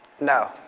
No